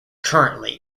currently